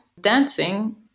dancing